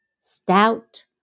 Stout